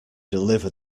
deliver